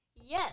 Yes